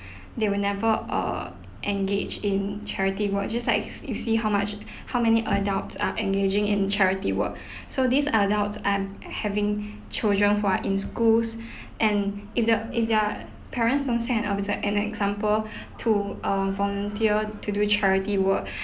they will never uh engaged in charity work just like you see how much how many adults are engaging in charity work so these adults are having children who are in schools and if the if their parents don't set an uh it's like an example to uh volunteer to do charity work